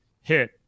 hit